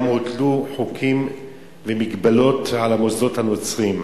גם הוטלו חוקים ומגבלות על המוסדות הנוצריים.